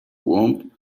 głąb